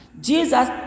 Jesus